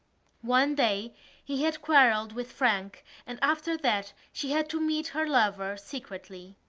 one day he had quarrelled with frank and after that she had to meet her lover secretly.